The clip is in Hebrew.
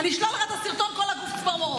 אני אשלח לך את הסרטון, כל הגוף צמרמורות.